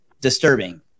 disturbing